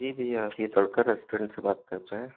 जी भैया ये तड़का रेस्टोरेंट से बात कर रहे हैं